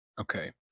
Okay